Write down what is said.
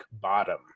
bottom